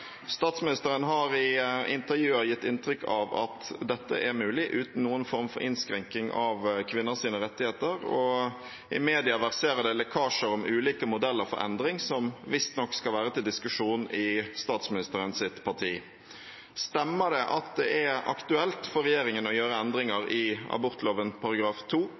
Statsministeren har i intervjuer gitt inntrykk av at dette er mulig uten noen form for innskrenkning av kvinners rettigheter, og i media verserer det lekkasjer om ulike modeller for endring som visstnok skal være til diskusjon i statsministerens parti. Stemmer det at det er aktuelt for regjeringen å gjøre endringer i abortloven